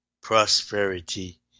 Prosperity